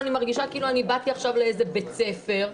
מרגישה כאילו באתי עכשיו לאיזה בית ספר,